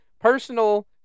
personal